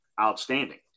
outstanding